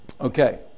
Okay